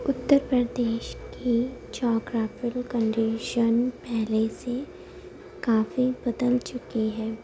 اتر پردیش کی جغرافل کنڈیشن پہلے سے کافی بدل چکی ہے